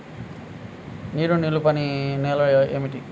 నీరు నిలువని నేలలు ఏమిటి?